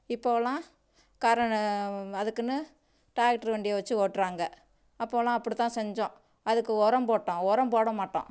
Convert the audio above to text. இப்போலாம் கரு அதுக்குன்னு டிராக்ட்ரு வண்டியை வச்சு ஓட்டுறாங்க அப்போலாம் அப்படி தான் செஞ்சோம் அதுக்கு உரம் போட்டோம் உரம் போட மாட்டோம்